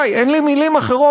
אדוני סגן השר,